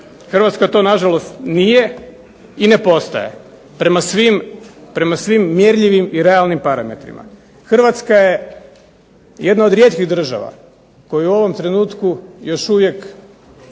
Hrvatska to na žalost nije i ne postaje prema svim mjerljivim i realnim parametrima. Hrvatska je jedna od rijetkih država koja u ovom trenutku još uvijek